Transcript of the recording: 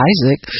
Isaac